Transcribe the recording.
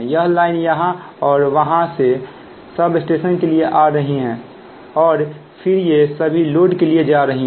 यह लाइन यहां और वहां से सब स्टेशन के लिए आ रही हैं और फिर यह सभी लोड के लिए जा रही हैं